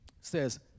says